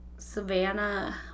Savannah